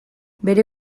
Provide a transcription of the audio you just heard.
bere